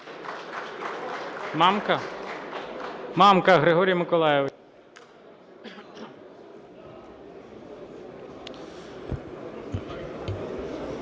Мамка? Мамка Григорій Миколайович.